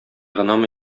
гынамы